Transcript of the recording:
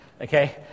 Okay